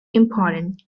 important